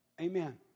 Amen